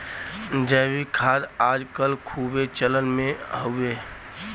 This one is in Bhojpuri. जैविक खाद आज कल खूबे चलन मे हउवे